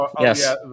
Yes